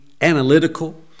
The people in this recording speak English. analytical